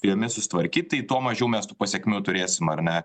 jomis susitvarkyt tuo mažiau mes tų pasekmių turėsim ar ne